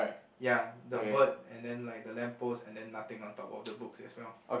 ya the bird and then like the lamppost and then nothing on top of the books as well